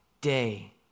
day